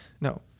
No